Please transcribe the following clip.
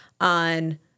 on